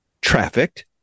trafficked